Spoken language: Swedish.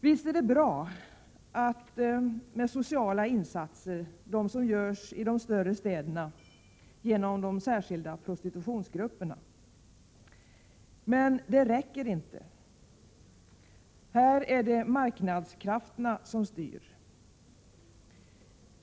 Visst är det bra med de sociala insatser som görs i de större städerna av de särskilda prostitutionsgrupperna. Men det räcker inte. Här är det marknadskrafterna som styr.